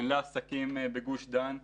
הן לעסקים בגוש דן,